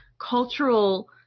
cultural